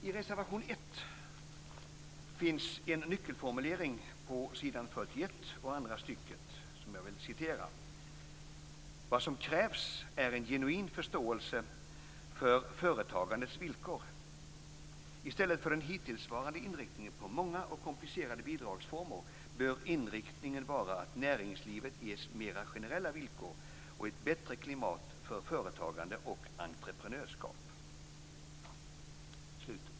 I reservation 1 finns en nyckelformulering på s. 41, andra stycket, som jag vill citera: "Vad som krävs är en genuin förståelse för företagandets villkor. I stället för den hittillsvarande inriktningen på många och komplicerade bidragsformer bör inriktningen vara att näringslivet ges mera generella villkor och ett bättre klimat för företagande och entreprenörskap."